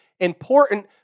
Important